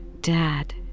Dad